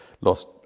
Lost